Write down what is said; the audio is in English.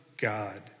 God